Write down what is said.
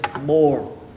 more